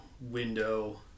window